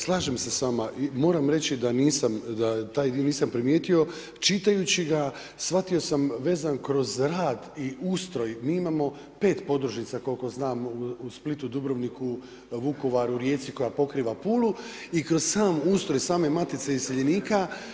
Slažem se s vama i moram reći da nisam, da taj dio nisam primijetio, čitajući ga shvatio sam vezan kroz rad i ustroj, mi imamo 5 podružnica koliko znam u Splitu, Dubrovniku, Vukovaru, Rijeci, koja pokriva Pulu i kroz sam ustroj, same Matice iseljenika.